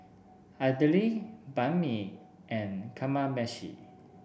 Idili Banh Mi and Kamameshi